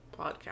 podcast